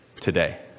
today